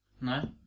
No